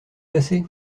passés